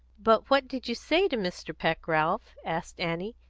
but what did you say to mr. peck, ralph? asked annie.